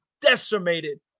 decimated